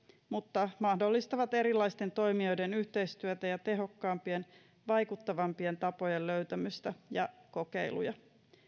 mutta mahdollistavat erilaisten toimijoiden yhteistyötä ja tehokkaampien vaikuttavampien tapojen löytämistä ja kokeiluja